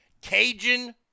Cajun